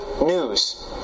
news